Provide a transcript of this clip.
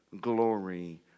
glory